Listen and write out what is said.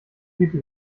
pippi